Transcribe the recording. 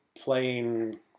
playing